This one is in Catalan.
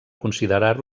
considerar